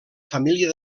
família